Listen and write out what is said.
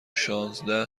شانزده